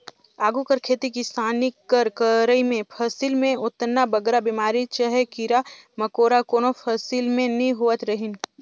आघु कर खेती किसानी कर करई में फसिल में ओतना बगरा बेमारी चहे कीरा मकोरा कोनो फसिल में नी होवत रहिन